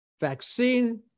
vaccine